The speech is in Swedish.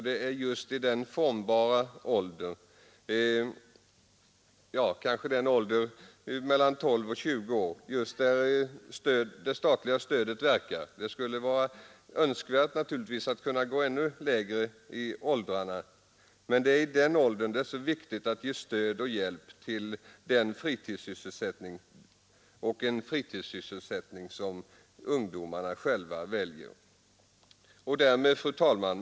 Det är just i den formbara åldern, kanske den ålder mellan 12 och 20 år där det statliga stödet verkar, som det är så viktigt att ge stöd och hjälp till den fritidssysselsättning ungdomarna själva väljer. Det skulle t.o.m. vara önskvärt att gå till ännu lägre åldrar.